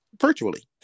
virtually